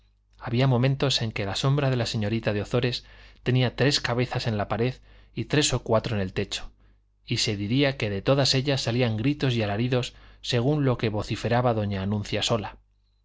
había momentos en que la sombra de la señorita de ozores tenía tres cabezas en la pared y tres o cuatro en el techo y se diría que de todas ellas salían gritos y alaridos según lo que vociferaba doña anuncia sola